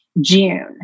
June